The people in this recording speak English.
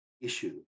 issue